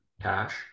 Cash